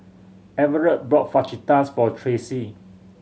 Everett bought Fajitas for Tracee